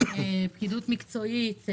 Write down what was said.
פקידות מקצועית,